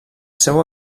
seu